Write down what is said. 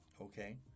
Okay